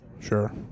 Sure